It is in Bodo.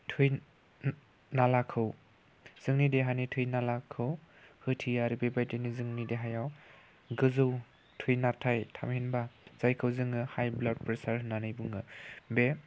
थै नालाखौ जोंनि देहानि थै नालाखौ होथेयो आरो बेबायदिनो जोंनि देहायाव गोजौ थै नारथाय थामहिनबा जायखौ जोङो हाइ ब्लाड प्रेसार होननानै बुङो बे